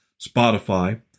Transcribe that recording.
Spotify